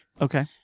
Okay